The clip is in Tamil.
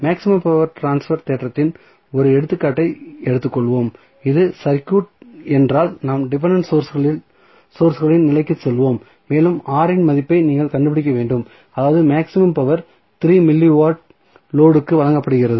மேக்ஸிமம் பவர் ட்ரான்ஸ்பர் தேற்றத்தின் ஒரு எடுத்துக்காட்டை எடுத்துக்கொள்வோம் இது சர்க்யூட் என்றால் நாம் டிபென்டென்ட் சோர்ஸ்களின் நிலைக்குச் செல்வோம் மேலும் R இன் மதிப்பை நீங்கள் கண்டுபிடிக்க வேண்டும் அதாவது maximum power 3 milliwatt load க்கு வழங்கப்படுகிறது